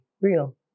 real